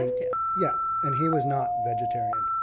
and to. yeah, and he was not vegetarian.